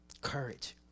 Courage